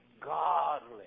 Godly